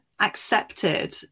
accepted